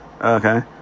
Okay